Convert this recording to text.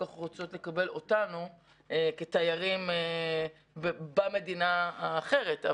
כך רוצות לקבל אותנו כתיירים במדינה האחרת.